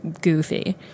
goofy